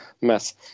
mess